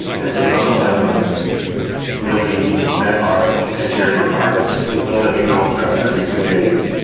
and so none of them really met our engineering requirements. we build a new knowledge graph every two days.